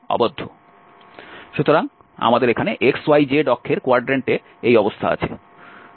সুতরাং আমাদের এখানে x y z অক্ষের কোয়াড্রেন্ট এ এই অবস্থা আছে